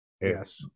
Yes